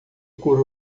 cura